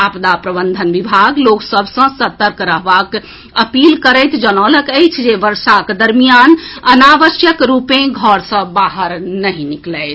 आपदा प्रबंधन विभाग लोक सभ सॅ सतर्क रहबाक अपील करैत जनौलक अछि जे वर्षाक दरमियान अनावश्यक रूप सॅ घर सॅ बाहर नहि निकलथि